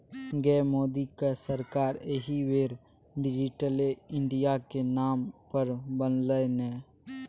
गै मोदीक सरकार एहि बेर डिजिटले इंडियाक नाम पर बनलै ने